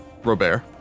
Robert